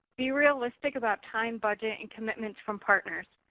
be realistic about time, budget, and commitments from partners.